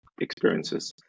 experiences